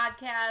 podcast